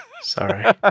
Sorry